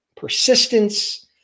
Persistence